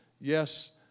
Yes